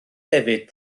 hefyd